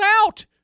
out